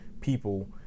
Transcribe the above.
people